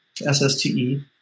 SSTE